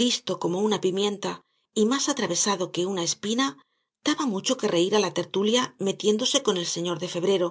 listo como una pimienta y más atravesado que una espina daba mucho que reir á la tertulia metiéndose con el señor de febrero